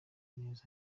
neza